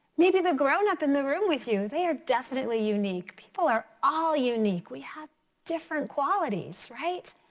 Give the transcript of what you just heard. maybe the grownup in the room with you, they are definitely unique. people are all unique, we have different qualities right?